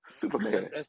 Superman